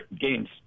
games